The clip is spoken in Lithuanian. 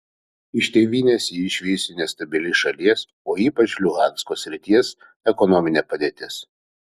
iš tėvynės jį išvijusi nestabili šalies o ypač luhansko srities ekonominė padėtis